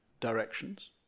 directions